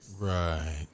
Right